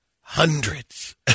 hundreds